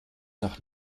nach